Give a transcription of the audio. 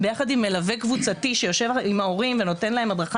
יחד עם מלווה קבוצתי שנותן להם הדרכה